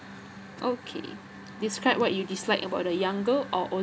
okay describe what you dislike about the younger or older